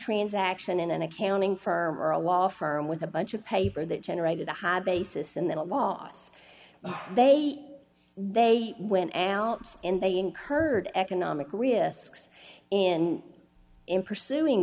transaction in an accounting firm or a wall firm with a bunch of paper that generated the have basis and then a loss they they went out and they incurred economic risks and in pursuing